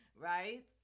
right